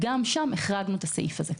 גם שם החרגנו את הסעיף הזה.